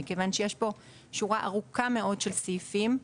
יש פה שורה ארוכה מאוד של סעיפים,